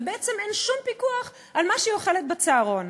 ובעצם אין שום פיקוח על מה שהיא אוכלת בצהרון.